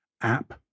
app